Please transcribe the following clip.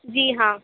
جی ہاں